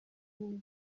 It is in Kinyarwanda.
imizi